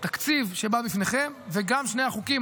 התקציב שבא לפניכם וגם שני החוקים,